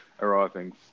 arriving